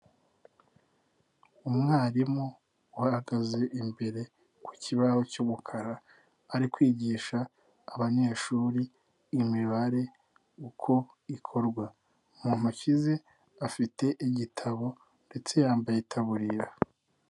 Umwarimu uhagaze imbere ku kibaho cy'umukara ari kwigisha abanyeshuri imibare uko ikorwa, mu ntoki ze afite igitabo ndetse yambaye itaburiya.